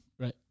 Right